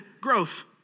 growth